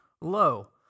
low